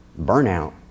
burnout